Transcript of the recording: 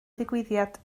digwyddiad